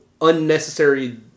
unnecessary